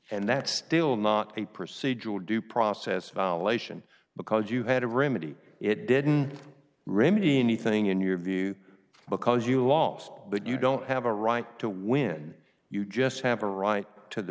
and that's still not a procedural due process of our lation because you had a remedy it didn't remain anything in your view because you lost but you don't have a right to when you just have a right to the